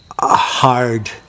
hard